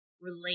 relate